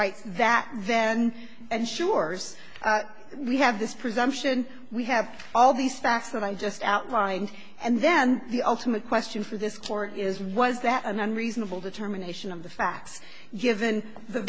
rights that then and sure's we have this presumption we have all these facts and i just outlined and then the ultimate question for this court is was that an unreasonable determination of the facts given the